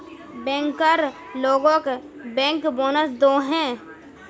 banker लोगोक bank bonus दोहों